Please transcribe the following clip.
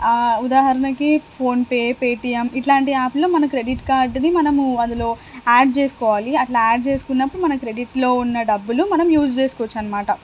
ఉదాహరణకి PhonePe Paytm ఇలాంటి యాప్లో మన క్రెడిట్ కార్డ్ని మనము అందులో యాడ్ చేసుకోవాలి అలా యాడ్ చేసుకున్నప్పుడు మనకు క్రెడిట్లో ఉన్న డబ్బులు మనం యూజ్ చేసుకోవచ్చు అన్నమాట